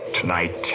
Tonight